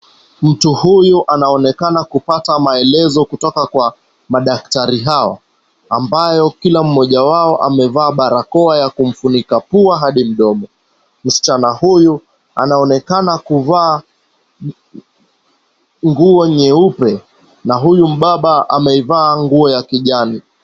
Mtu huyu anaonekana kupata maelezo kutoka kwa madaktari hawa, ambao kila mmoja wao amevaa barakoa ya kumfunika pua hadi mdomo. Msichana huyu anaonekana kuvaa nguo nyeupe na huyu mbaba ameivaa nguo ya kijani.